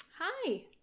hi